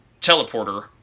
teleporter